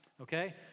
Okay